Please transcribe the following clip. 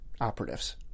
operatives